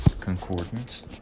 Concordance